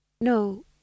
No